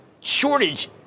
shortage